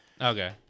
Okay